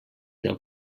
del